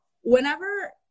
whenever